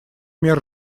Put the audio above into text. мер